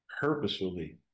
Purposefully